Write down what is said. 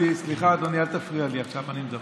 סליחה, אדוני, אל תפריע לי, עכשיו אני מדבר.